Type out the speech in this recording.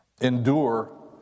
endure